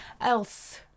else